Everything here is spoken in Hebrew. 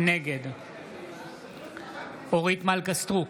נגד אורית מלכה סטרוק,